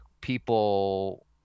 people